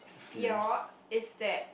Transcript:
fear is that